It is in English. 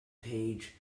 page